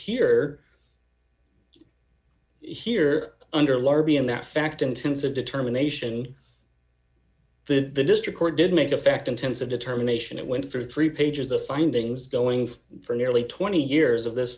here here under larby in that fact intensive determination that the district court did make affect in terms of determination it went through three pages of findings going for nearly twenty years of this